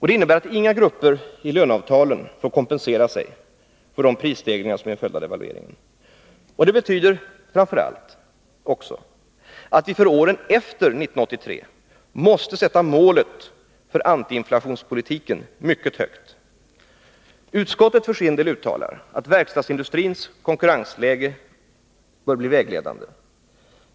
Det innebär att inga grupper i löneavtalen får kompensera sig för de prisstegringar som är en följd av devalveringen, och det betyder att vi för åren efter 1983 måste sätta målet för antiinflationspolitiken mycket högt. Utskottet uttalar för sin del att verkstadsindustrins konkurrensläge bör bli vägledande.